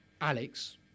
Alex